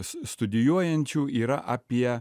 studijuojančių yra apie